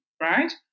right